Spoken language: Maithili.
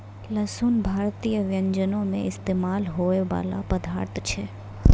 लहसुन भारतीय व्यंजनो मे इस्तेमाल होय बाला पदार्थ छै